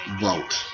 vote